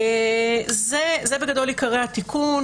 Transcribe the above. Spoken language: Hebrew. אלה בגדול עיקרי התיקון,